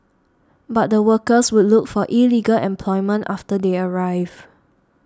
but the workers would look for illegal employment after they arrive